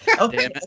okay